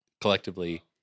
collectively